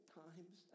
times